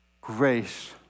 grace